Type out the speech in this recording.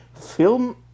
film